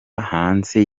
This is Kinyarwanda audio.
hanze